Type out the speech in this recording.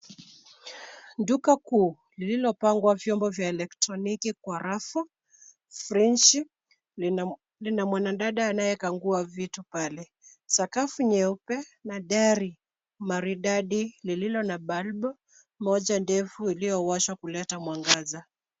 Duka kuu lilopangwa vyombo vya elektroniki kwa rafu, friji lina mwanadada anayekagua vitu pale. Sakafu nyeupe na dari maridadi lililo na balbu moja ndefu iliyowashwa kuleta mwangaza.